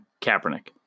Kaepernick